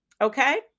okay